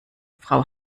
frau